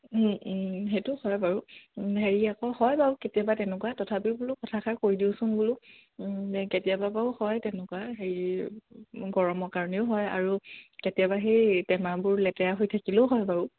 সেইটো হয় বাৰু হেৰি আকৌ হয় বাৰু কেতিয়াবা তেনেকুৱা তথাপিও বোলো কথাষাৰ কৈ দিওঁচোন বোলো কেতিয়াবা বাৰু হয় তেনেকুৱা হেৰি গৰমৰ কাৰণেও হয় আৰু কেতিয়াবা সেই টেমাবোৰ লেতেৰা হৈ থাকিলেও হয় বাৰু